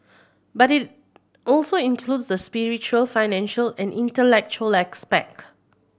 but it also includes the spiritual financial and intellectual